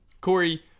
Corey